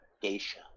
Geisha